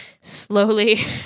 slowly